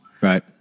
Right